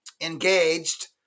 engaged